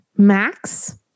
max